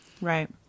right